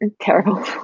terrible